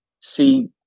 see